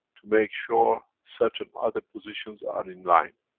to make sure certain other positions are in line.